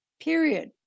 period